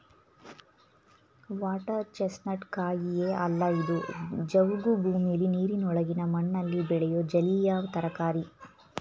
water chestnut ಕಾಯಿಯೇ ಅಲ್ಲ ಇದು ಜವುಗು ಭೂಮಿಲಿ ನೀರಿನೊಳಗಿನ ಮಣ್ಣಲ್ಲಿ ಬೆಳೆಯೋ ಜಲೀಯ ತರಕಾರಿ